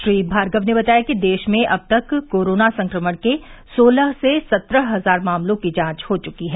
श्री भार्गव ने बताया कि देश में अब तक कोरोना संक्रमण के सोलह से सत्रह हजार मामलों की जांच हो चुकी है